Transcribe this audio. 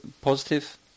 positive